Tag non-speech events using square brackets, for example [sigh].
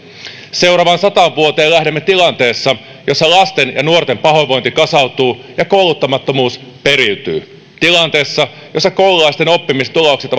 seuraavaan sataan vuoteen lähdemme tilanteessa jossa lasten ja nuorten pahoinvointi kasautuu ja kouluttamattomuus periytyy tilanteessa jossa koululaisten oppimistulokset [unintelligible]